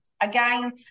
Again